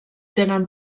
tenen